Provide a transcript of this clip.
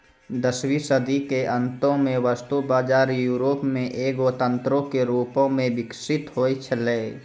दसवीं सदी के अंतो मे वस्तु बजार यूरोपो मे एगो तंत्रो के रूपो मे विकसित होय छलै